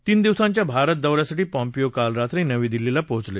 तीन दिवसांच्या भारत दौ यासाठी पॉम्पीओ काल रात्री नवी दिल्लीला पोचले